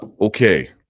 Okay